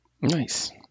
Nice